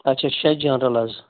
اچھا شیٚے جرنل حظ